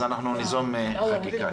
אז אנחנו ניזום חקיקה.